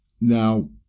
Now